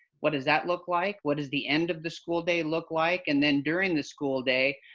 what does that look like? what does the end of the school day look like? and then during the school day,